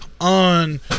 on